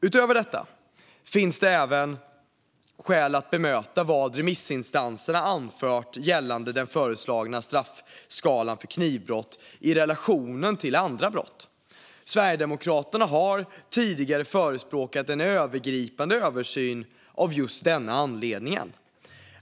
Utöver detta finns det skäl att bemöta vad remissinstanserna har anfört gällande den föreslagna straffskalan för knivbrott i relation till andra brott. Sverigedemokraterna har tidigare förespråkat en övergripande översyn av just denna anledning.